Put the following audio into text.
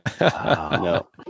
no